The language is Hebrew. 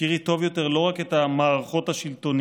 תכירי טוב יותר לא רק את המערכות השלטוניות,